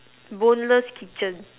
Boneless kitchen